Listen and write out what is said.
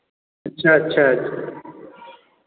अच्छा अच्छा